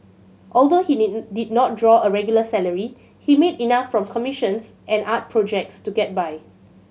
although he did did not draw a regular salary he made enough from commissions and art projects to get by